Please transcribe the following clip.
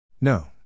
No